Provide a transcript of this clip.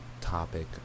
topic